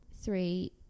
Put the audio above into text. three